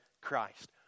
Christ